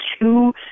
two